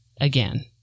again